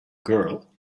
girl